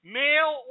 male